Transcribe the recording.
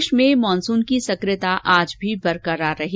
प्रदेश में मानसून की सकियता आज भी बरकरार रही